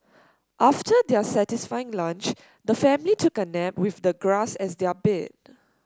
after their satisfying lunch the family took a nap with the grass as their bed